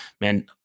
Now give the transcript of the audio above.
man